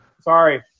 sorry